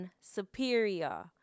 superior